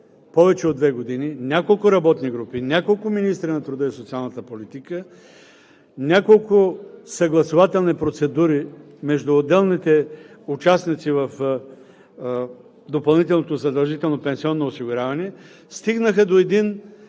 повече от две години – няколко работни групи, няколко министри на труда и социалната политика, няколко съгласувателни процедури между отделните участници в допълнителното задължително пенсионно осигуряване стигнаха до един